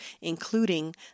including